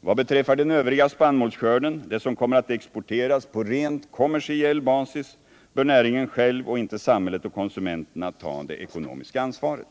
Vad beträffar den övriga spannmålsskörden — det som kommer att exporteras på rent kommersiell basis — bör näringen själv och inte samhället och konsumenterna ta det ekonomiska ansvaret.